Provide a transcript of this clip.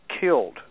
killed